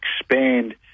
expand